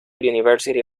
university